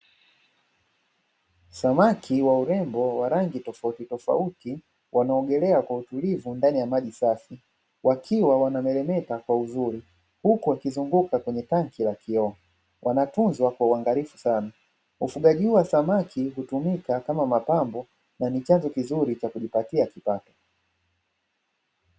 Samaki wa urembo wa rangi tofautitofauti wanaogelea kwa utulivu ndani ya maji safi, wakiwa wanamelemeta kwa uzuri huku wakizunguka kwenye tanki la kioo, wanatunza wa uangalifu sana; ufugaji huu wa samaki hutumika kama mapambo na ni chanzo kizuri cha kujipatia kipato.